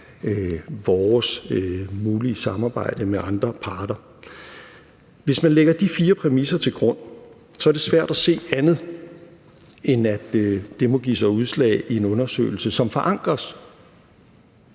vores mulige samarbejde med andre parter. Hvis man lægger de fire præmisser til grund, er det svært at se andet, end at det må give sig udslag i en undersøgelse, som forankres